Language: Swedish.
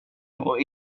och